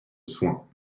soins